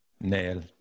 Nail